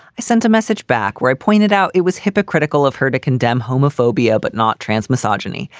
i sent a message back where i pointed out it was hypocritical of her to condemn homophobia, but not trans misogyny.